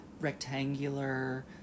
rectangular